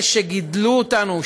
את אלה שגידלו אותנו,